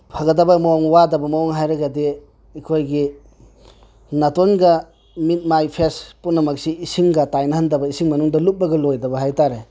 ꯐꯒꯗꯕ ꯃꯑꯣꯡ ꯋꯥꯗꯕ ꯃꯑꯣꯡ ꯍꯥꯏꯔꯒꯗꯤ ꯑꯩꯈꯣꯏꯒꯤ ꯅꯥꯇꯣꯟꯒ ꯃꯤꯠ ꯃꯥꯏ ꯐꯦꯁ ꯄꯨꯝꯅꯃꯛꯁꯤ ꯏꯁꯤꯡꯒ ꯇꯥꯏꯅꯍꯟꯗꯕ ꯏꯁꯤꯡ ꯃꯅꯨꯡꯗ ꯂꯨꯞꯂꯒ ꯂꯣꯏꯗꯕ ꯍꯥꯏꯇꯥꯔꯦ